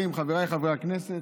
חברי הכנסת,